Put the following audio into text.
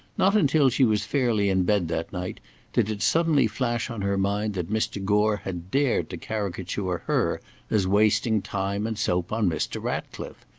not until she was fairly in bed that night did it suddenly flash on her mind that mr. gore had dared to caricature her as wasting time and soap on mr. ratcliffe.